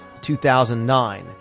2009